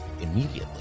immediately